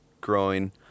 growing